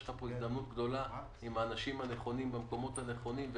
יש לך הזדמנות גדולה עם האנשים הנכונים במקומות הנכונים.